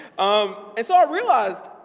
um and so i realized,